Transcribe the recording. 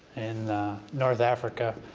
in north africa,